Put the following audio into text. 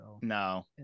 No